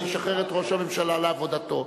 אני אשחרר את ראש הממשלה לעבודתו.